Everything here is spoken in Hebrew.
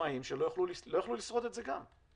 עצמאיים שלא יוכלו לשרוד את זה גם.